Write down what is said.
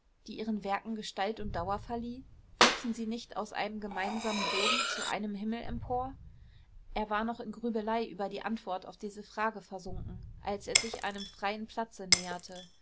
die ihren werken gestalt und dauer verlieh wuchsen sie nicht aus einem gemeinsamen boden zu einem himmel empor er war noch in grübelei über die antwort auf diese frage versunken als er sich einem freien platze näherte